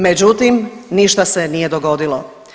Međutim ništa se nije dogodilo.